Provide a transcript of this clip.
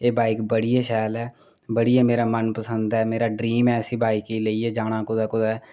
एह् बाइक बड़ी गै शैल ऐ बड़ी गै मेरा मन पसंद ऐ मेरा ड्रीम ऐ बाइक ई लेइयै जाना कुदै कुदै